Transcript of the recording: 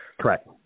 Correct